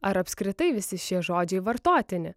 ar apskritai visi šie žodžiai vartotini